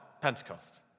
Pentecost